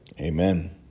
Amen